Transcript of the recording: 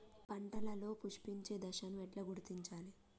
పంటలలో పుష్పించే దశను ఎట్లా గుర్తించాలి?